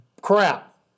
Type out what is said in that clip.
Crap